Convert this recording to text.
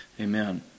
Amen